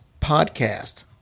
podcast